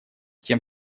тем